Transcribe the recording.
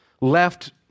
left